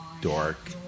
dork